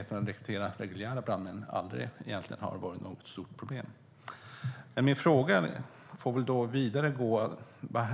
Att rekrytera reguljära brandmän har egentligen aldrig varit något stort problem. Min fråga får väl gälla vad